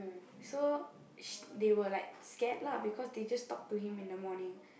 so they were like scared lah because they just talk to him in the morning